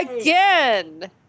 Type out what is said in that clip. Again